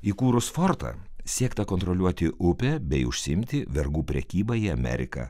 įkūrus fortą siekta kontroliuoti upę bei užsiimti vergų prekyba į ameriką